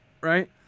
right